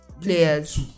players